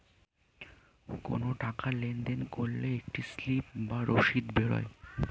কোনো টাকা লেনদেন করলে একটা স্লিপ বা রসিদ বেরোয়